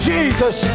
Jesus